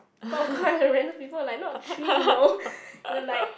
popcorn at random people like not three you know and like